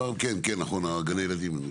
נכון, גני ילדים.